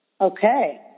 Okay